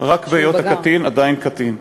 רק בהיות הקטין עדיין קטין.